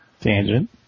Tangent